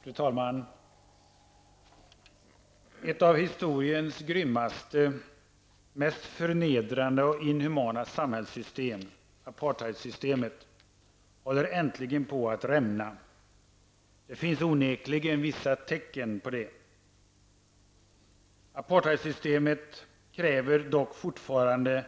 Fru talman! Ett av historiens grymmaste, mest förnedrande och inhumana samhällssystem -- apartheidsystemet -- håller äntligen på att rämna. Det finns onekligen vissa tecken på det. Apartheidsystemet kräver dock fortfarande